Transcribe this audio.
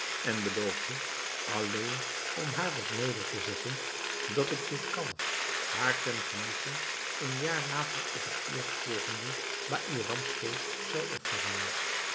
en beloofde alleen om haar wat neder te zetten dat ik dit kalf haar ten genoegen een jaar later op het eerstvolgende baïramsfeest zou offeren